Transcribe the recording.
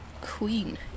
queen